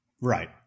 Right